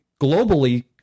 globally